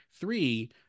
Three